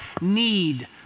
need